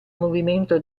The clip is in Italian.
movimento